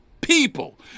people